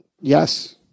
yes